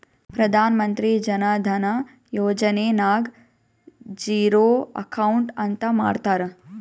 ಪ್ರಧಾನ್ ಮಂತ್ರಿ ಜನ ಧನ ಯೋಜನೆ ನಾಗ್ zero account ಅಂತ ಮಾಡ್ತಾರ